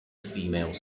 female